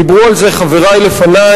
דיברו על זה חברי לפני,